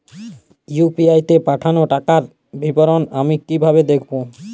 UPI তে পাঠানো টাকার বিবরণ আমি কিভাবে দেখবো?